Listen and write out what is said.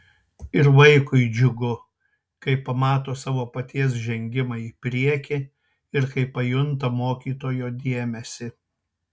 ir vaikui džiugu kai pamato savo paties žengimą į priekį ir kai pajunta mokytojo dėmesį